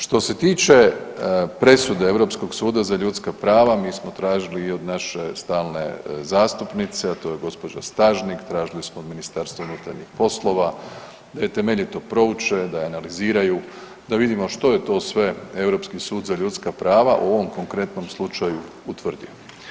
Što se tiče presude Europskog suda za ljudska prava mi smo tražili i od naše stalne zastupnice a to je gospođa Stažnik, tražili smo od Ministarstva unutarnjih poslova da temeljito prouče, da je analiziraju da vidimo što je to sve Europski sud za ljudska prava u ovom konkretnom slučaju utvrdio.